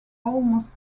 almost